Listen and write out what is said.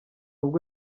ubwo